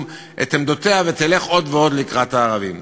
את עמדותיה ותלך עוד ועוד לקראת הערבים.